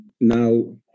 now